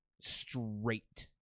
Straight